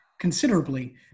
considerably